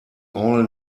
all